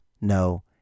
no